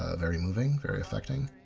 ah very moving. very affecting.